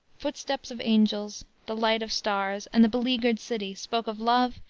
footsteps of angels, the light of stars, and the beleaguered city spoke of love,